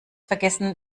vergessen